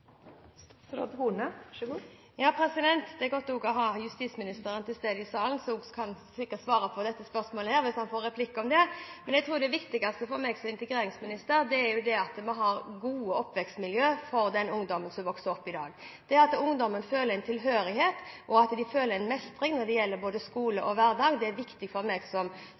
Det er godt også å ha justisministeren til stede i salen. Han kan sikkert svare på dette spørsmålet hvis han får replikk om det. Det viktigste for meg som integreringsminister er at vi har gode oppvekstmiljø for den ungdommen som vokser opp i dag, det at ungdommen føler tilhørighet, og at de føler en mestring når det gjelder både skole og hverdag. Det er viktig for meg